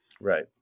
right